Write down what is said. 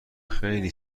خیلی